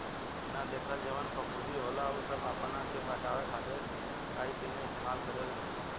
ना देखल जवन फफूंदी होला उ सब आपना के बचावे खातिर काइतीने इस्तेमाल करे लसन